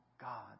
God